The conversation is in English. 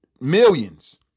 millions